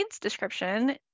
description